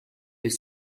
elle